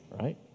right